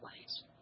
ways